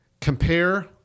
compare